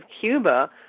Cuba